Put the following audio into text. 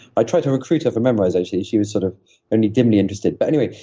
i tried to recruit her for memrise actually. she was sort of only dimly interested. but anyway,